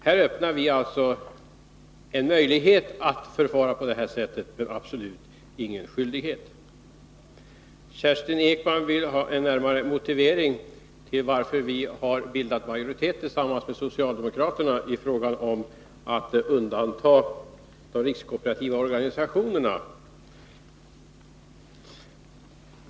Vi öppnar alltså här en möjlighet att förfara på detta sätt men absolut ingen skyldighet. Även Kerstin Ekman har bemött mig och vill ha en närmare motivering till att vi har bildat majoritet tillsammans med socialdemokraterna i frågan om undantag för de rikskooperativa organisationerna.